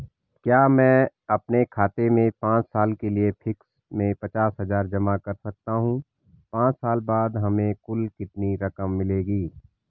क्या मैं अपने खाते में पांच साल के लिए फिक्स में पचास हज़ार जमा कर सकता हूँ पांच साल बाद हमें कुल कितनी रकम मिलेगी?